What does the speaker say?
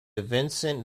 vincent